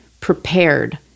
prepared